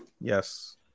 Yes